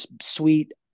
sweet